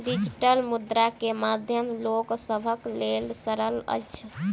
digital मुद्रा के माध्यम लोक सभक लेल सरल अछि